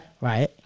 Right